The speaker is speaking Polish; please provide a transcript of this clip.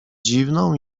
dziwną